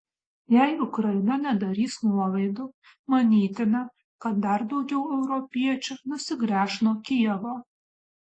jei ukraina nedarys nuolaidų manytina kad dar daugiau europiečių nusigręš nuo kijevo